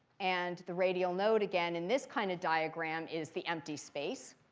and the radial node, again, in this kind of diagram is the empty space.